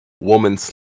woman's